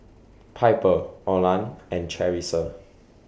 Piper Orland and Charissa